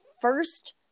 first